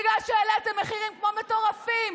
בגלל שהעליתם מחירים כמו מטורפים,